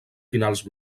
finals